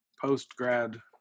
post-grad